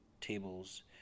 tables